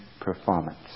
performance